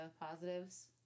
positives